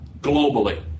globally